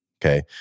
Okay